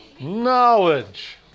knowledge